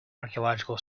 archaeological